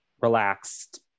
relaxed